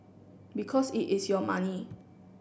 because it is your money